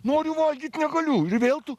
noriu valgyt negaliu ir vėl tu